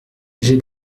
j’ai